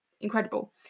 Incredible